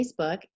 Facebook